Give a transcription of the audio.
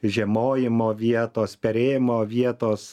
žiemojimo vietos perėjimo vietos